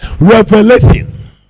Revelation